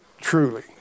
Truly